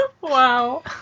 wow